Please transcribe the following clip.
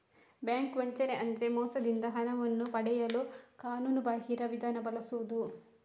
bank ವಂಚನೆ ಅಂದ್ರೆ ಮೋಸದಿಂದ ಹಣವನ್ನು ಪಡೆಯಲು ಕಾನೂನುಬಾಹಿರ ವಿಧಾನ ಬಳಸುದು